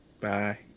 Bye